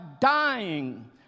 dying